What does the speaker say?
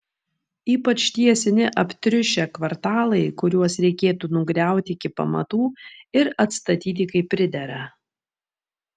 ypač tie seni aptriušę kvartalai kuriuos reikėtų nugriauti iki pamatų ir atstatyti kaip pridera